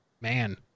man